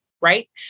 right